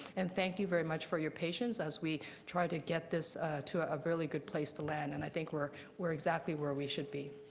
and thank you very much for your patience as we try to get this to a really good place to land, and i think we're we're exactly where we should be.